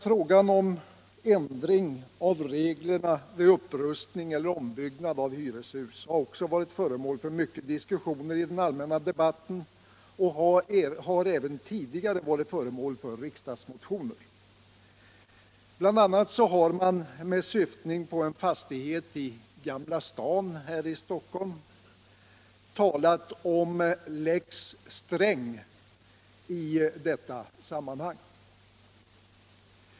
Frågan om en ändring av reglerna vid upprustning eller ombyggnad av hyreshus har diskuterats mycket i den allmänna debatten och har även tidigare tagits upp i riksdagsmotioner. Bl. a. har man med syftning på en fastighet i Gamla stan i Stockholm talat om en lex Sträng i detta sammanhang.